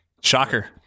Shocker